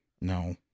No